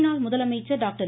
முன்னாள் முதலமைச்சர் டாக்டர்